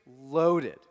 loaded